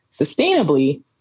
sustainably